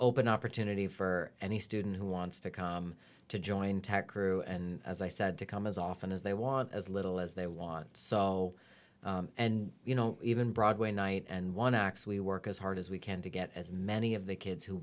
open opportunity for any student who wants to come to join tag crew and as i said to come as often as they want as little as they want so and you know even broadway night and one acts we work as hard as we can to get as many of the kids who